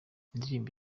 indirimbo